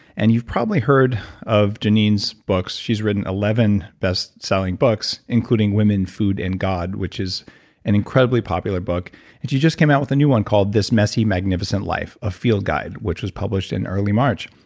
and you've probably heard of geneen's books. she's written eleven best selling books, including women, food, and god which is an incredibly popular book but and she just came out with a new one called this messy, magnificent life a field guide which was published in early march.